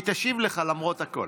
היא תשיב לך למרות הכול.